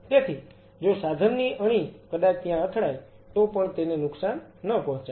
તેથી જો સાધનની અણી કદાચ ત્યાં અથડાઈ તો પણ તેને નુકસાન ન પહોંચાડે